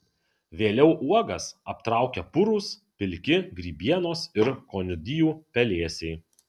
vėliau uogas aptraukia purūs pilki grybienos ir konidijų pelėsiai